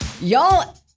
Y'all